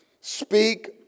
Speak